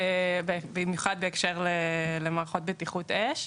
במיוחד בקשר למערכות בטיחות אש,